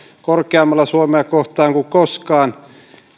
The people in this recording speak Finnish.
suomea kohtaan korkeammalla kuin koskaan